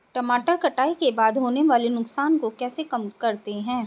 टमाटर कटाई के बाद होने वाले नुकसान को कैसे कम करते हैं?